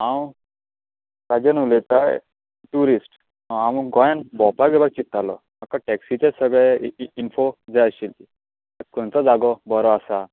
हांव राजन उलयतां ट्यूरीस्ट हांव गोंयान भोवपाक येवपाक चित्तालो म्हाका टॅक्सीचे सगळे इन इनफॉ जाय आशिल्ली खंयचो जागो बरो आसा